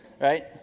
Right